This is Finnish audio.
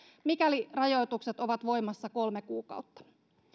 mikäli rajoitukset ovat voimassa kolme kuukautta